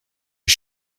ich